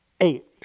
Eight